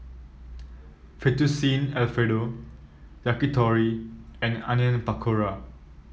Fettuccine Alfredo Yakitori and Onion Pakora